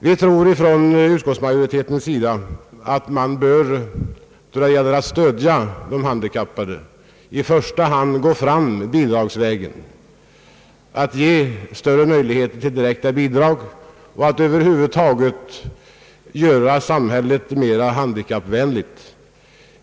Vi inom utskottsmajoriteten tror att vi då det gäller att stödja de handikappade i första hand bör gå fram bidragsvägen, ge större möjligheter till direkta bidrag och att över huvud taget göra samhället mera handikappvänligt.